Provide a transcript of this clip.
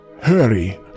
Hurry